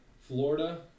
Florida